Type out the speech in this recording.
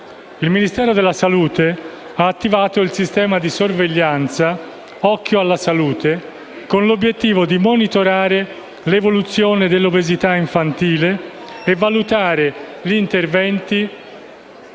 Il Ministero della salute ha attivato il sistema di sorveglianza OKkio alla Salute con l'obiettivo di monitorare l'evoluzione dell'obesità infantile e valutare gli interventi